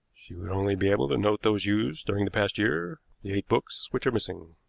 she would only be able to note those used during the past year the eight books which are missing,